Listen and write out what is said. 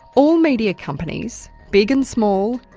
all media companies big and small,